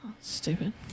Stupid